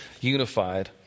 unified